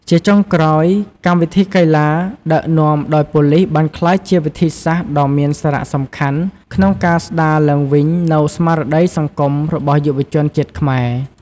ជាចុងក្រោយ កម្មវិធីកីឡាដឹកនាំដោយប៉ូលីសបានក្លាយជាវិធីសាស្ត្រដ៏មានសារសំខាន់ក្នុងការស្ដារឡើងវិញនូវស្មារតីសង្គមរបស់យុវជនជាតិខ្មែរ។